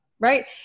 right